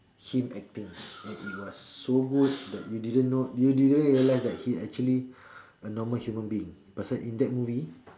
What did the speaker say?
him acting and it was so good that you didn't know you didn't realise that he actually a normal human being person in that movie